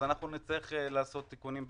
נצטרך לעשות תיקונים בהתאם.